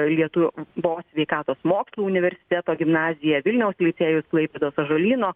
lietu vos sveikatos mokslų universiteto gimnazija vilniaus licėjus klaipėdos ąžuolyno